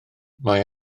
mae